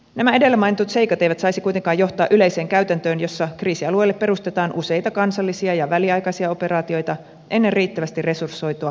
nämä edellä mainitut seikat eivät saisi kuitenkaan johtaa yleiseen käytäntöön jossa kriisialueelle perustetaan useita kansallisia ja väliaikaisia operaatioita ennen riittävästi resursoitua pitempiaikaista missiota